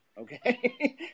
okay